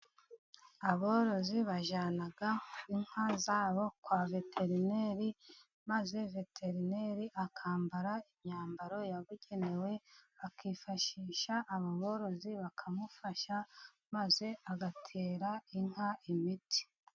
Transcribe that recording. Aborozi bajyana inka zabo kwa veterineri, maze veterineri akambara imyambaro yabugenewe akifashisha abo borozi, bakamufasha maze agatera inka imiti.